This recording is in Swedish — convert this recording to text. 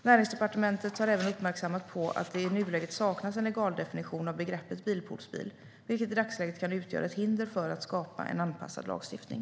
Näringsdepartementet har även uppmärksammats på att det i nuläget saknas en legaldefinition av begreppet "bilpoolsbil", vilket i dagsläget kan utgöra ett hinder för att skapa en anpassad lagstiftning.